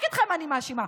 רק אתכם אני מאשימה,